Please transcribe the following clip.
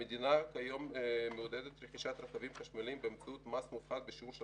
המדינה כיום מעודדת רכישת רכבים חשמליים באמצעות מס מופחת בשיעור של